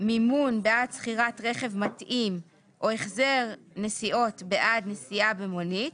מימון בעד שכירת רכב מתאים או החזר נסיעות בעד נסיעה במונית,